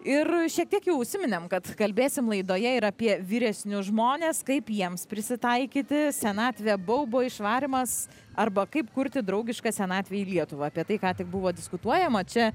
ir šiek tiek jau užsiminėm kad kalbėsim laidoje ir apie vyresnius žmones kaip jiems prisitaikyti senatvė baubo išvarymas arba kaip kurti draugišką senatvei lietuvą apie tai ką tik buvo diskutuojama čia